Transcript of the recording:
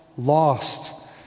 lost